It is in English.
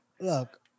look